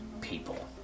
people